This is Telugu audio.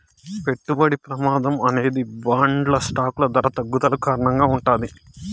పెట్టుబడి ప్రమాదం అనేది బాండ్లు స్టాకులు ధరల తగ్గుదలకు కారణంగా ఉంటాది